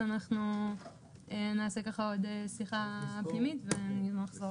אז אנחנו נעשה עוד שיחה פנימית ונחזור אליכם.